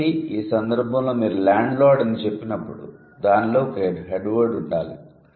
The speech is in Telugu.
కాబట్టి ఈ సందర్భంలో మీరు 'ల్యాండ్ లార్డ్' అని చెప్పినప్పుడు దానిలో ఒక 'హెడ్ వర్డ్ ' ఉండాలి